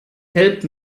help